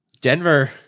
Denver